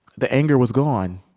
the anger was gone.